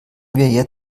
wir